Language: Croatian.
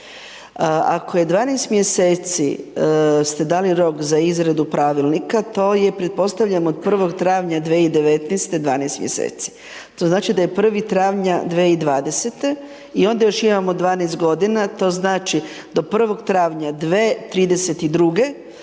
Ako je 12 mjeseci, ste dali rok za izradu Pravilnika, to je, pretpostavljam od 1. travnja 2019.-te 12 mjeseci. To znači da je 1. travnja 2020.-te i onda još imamo 12 godina, to znači, do 1. travnja 2032.-ge